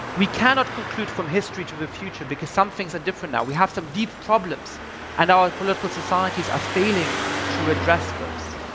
we cannot conclude from history to the future because some things are different now. we have some deep problems and our political societies are failing to address those.